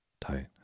Tight